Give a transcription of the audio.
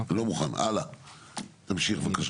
אלא במצב דה פקטו